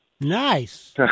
Nice